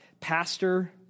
pastor